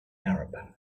arab